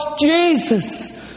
Jesus